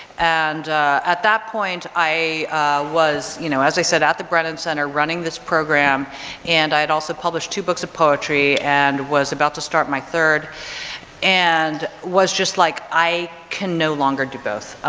and at that point i was you know as i said at the brennan center, running this program and i had also published two books of poetry and was about to start my third and was just like, i can no longer do both.